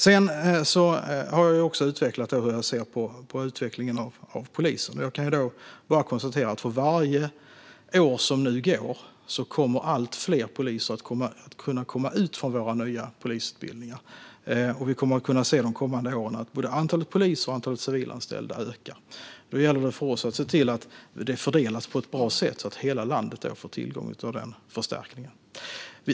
Jag har också tagit upp hur jag ser på utvecklingen av polisen. Jag kan konstatera att för varje år som nu går kommer allt fler poliser att gå ut från våra nya polisutbildningar. Vi kommer under de kommande åren att se att antalet poliser och civilanställda ökar. Då gäller det för oss att se till att de fördelas på ett bra sätt så att hela landet får tillgång till förstärkningen.